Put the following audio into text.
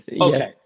Okay